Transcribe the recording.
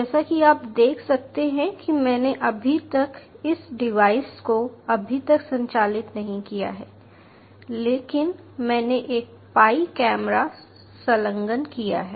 जैसा कि आप देख सकते हैं कि मैंने अभी तक इस डिवाइस को अभी तक संचालित नहीं किया है लेकिन मैंने एक पाई कैमरा संलग्न किया है